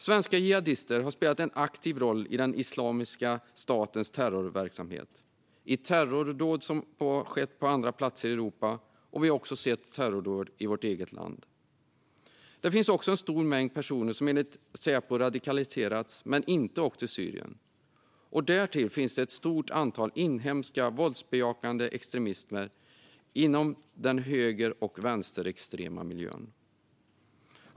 Svenska jihadister har spelat en aktiv roll i Islamiska statens terrorverksamhet - terrordåd som skett på andra platser i Europa och även terrordåd i vårt eget land. Det finns också en stor mängd personer som enligt Säpo radikaliserats men inte åkt till Syrien, och därtill finns ett stort antal inhemska våldsbejakande extremister inom den höger och vänsterextrema miljön.